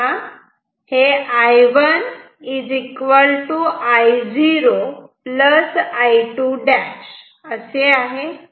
इथे पहा I1 I0 I2'